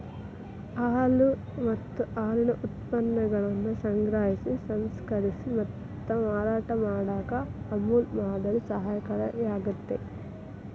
ಹಾಲು ಮತ್ತ ಹಾಲಿನ ಉತ್ಪನ್ನಗಳನ್ನ ಸಂಗ್ರಹಿಸಿ, ಸಂಸ್ಕರಿಸಿ ಮತ್ತ ಮಾರಾಟ ಮಾಡಾಕ ಅಮೂಲ್ ಮಾದರಿ ಸಹಕಾರಿಯಾಗ್ಯತಿ